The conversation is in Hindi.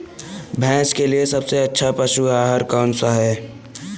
भैंस के लिए सबसे अच्छा पशु आहार कौन सा है?